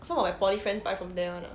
some of my poly friends buy from there [one] lah